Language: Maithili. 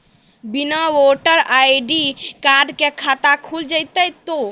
बिना वोटर आई.डी कार्ड के खाता खुल जैते तो?